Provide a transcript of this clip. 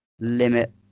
limit